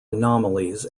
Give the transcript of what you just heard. anomalies